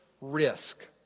risk